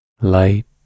light